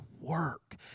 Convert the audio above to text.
work